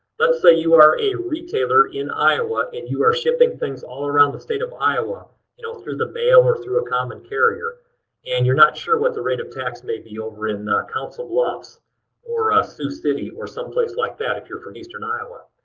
let's say you are a retailer in iowa and you are shipping things all around the state of iowa you know through the mail or through a common carrier and you're not sure what the rate of tax may be over in council bluffs or sioux city or someplace like that if you're from eastern iowa.